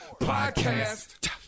Podcast